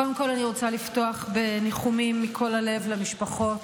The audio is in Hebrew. קודם כול אני רוצה לפתוח בניחומים מכל הלב למשפחות